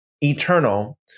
eternal